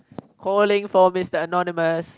calling for Mister Anonymous